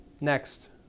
next